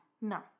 No